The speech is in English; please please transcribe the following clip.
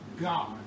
God